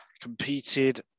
competed